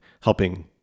helping